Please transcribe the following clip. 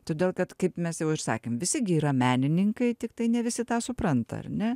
todėl kad kaip mes jau ir sakėm visi gi yra menininkai tiktai ne visi tą supranta ar ne